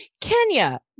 Kenya